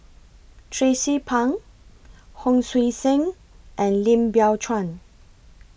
Tracie Pang Hon Sui Sen and Lim Biow Chuan